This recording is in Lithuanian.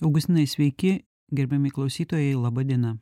augustinai sveiki gerbiami klausytojai laba diena